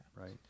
right